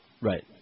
Right